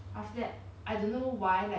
then 为什么他 get hate leh